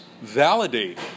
validate